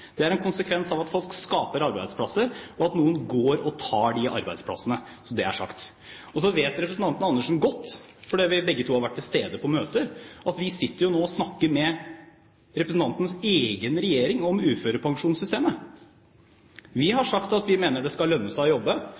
Det er en konsekvens av at folk skaper arbeidsplasser, og at noen tar de arbeidsplassene. – Så det er sagt. Så vet representanten Andersen godt, fordi vi begge to har vært til stede på møter, at vi sitter nå og snakker med representantens egen regjering om uførepensjonssystemet. Vi har sagt at vi mener at det skal lønne seg å jobbe.